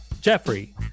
Jeffrey